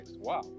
Wow